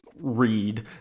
read